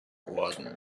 orden